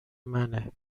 منه